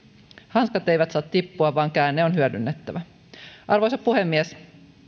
hanskat eivät saa tippua vaan käänne on hyödynnettävä arvoisa puhemies